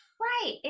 Right